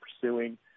pursuing